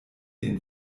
den